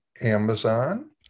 Amazon